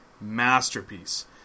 Masterpiece